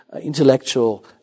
intellectual